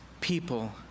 people